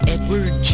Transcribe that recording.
Edward